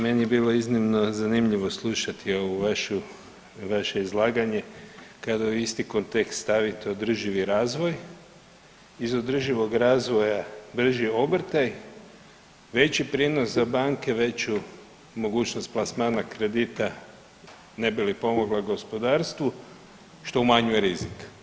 Meni je bilo iznimno zanimljivo slušati ovu vašu, vaše izlaganje, kada u isti kontekst staviti održivi razvoj iz održivog razvoja brži obrtaj, veći prinos za banke, veću mogućnost plasmana kredita ne bi li pomogla gospodarstvu, što umanjuje rizik.